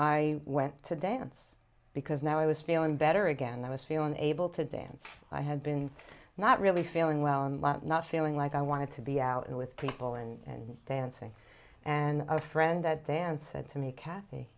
i went today it's because now i was feeling better again i was feeling able to dance i had been not really feeling well not feeling like i wanted to be out there with people and dancing and a friend that dance said to me kathy